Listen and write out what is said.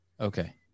okay